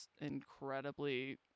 incredibly